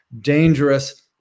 dangerous